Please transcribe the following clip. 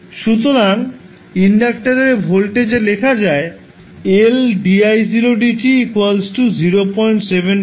সুতরাং ইন্ডাক্টার এর ভোল্টেজ এ লেখা যায়